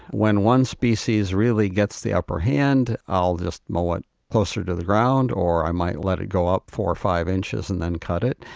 when one species really gets the upper hand, i'll just mow it closer to the ground or i might let it go up four or five inches and then cut it.